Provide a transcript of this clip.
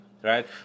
Right